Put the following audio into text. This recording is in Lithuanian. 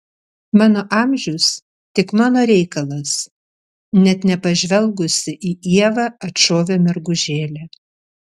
mano amžius tik mano reikalas net nepažvelgusi į ievą atšovė mergužėlė